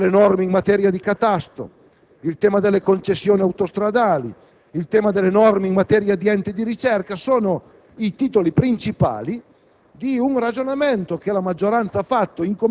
il tema delle auto aziendali, il tema delle norme in materia di catasto, il tema delle concessioni autostradali, il tema delle norme in materia di enti di ricerca. Sono questi i titoli principali